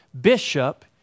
bishop